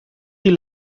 dir